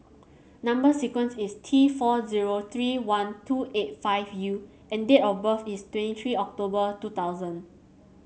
number sequence is T four zero three one two eight five U and date of birth is twenty three October two thousand